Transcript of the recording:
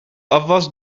afwas